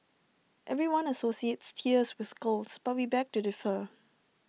everyone associates tears with girls but we beg to differ